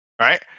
Right